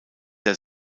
der